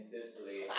Sicily